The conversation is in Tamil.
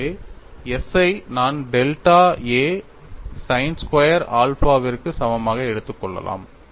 எனவே s ஐ நான் டெல்டா a sin ஸ்கொயர் ஆல்பாவிற்கு சமமாக எடுத்துக் கொள்ளலாம்